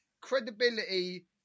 credibility